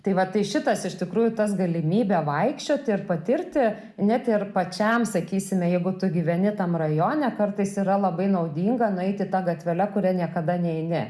tai va tai šitas iš tikrųjų tas galimybė vaikščioti ir patirti net ir pačiam sakysime jeigu tu gyveni tam rajone kartais yra labai naudinga nueiti ta gatvele kuria niekada neini